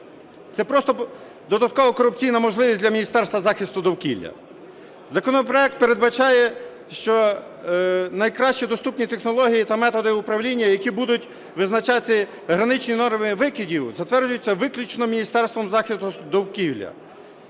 Це просто додаткова корупційна можливість для Міністерства захисту довкілля. Законопроект передбачає, що найкращі доступні технології та методи управління, які будуть визначати граничні норми викидів, затверджуються виключно Міністерством захисту довкілля,